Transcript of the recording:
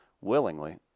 Willingly